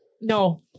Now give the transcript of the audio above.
No